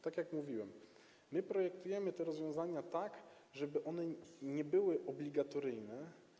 Tak jak mówiłem, my projektujemy te rozwiązania tak, żeby one nie były obligatoryjne.